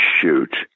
shoot